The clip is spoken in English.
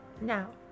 now